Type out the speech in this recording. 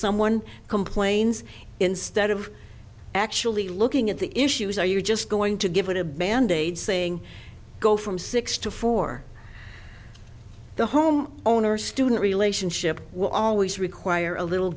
someone complains instead of actually looking at the issues are you just going to give it a bandaid saying go from six to four the home owner student relationship will always require a little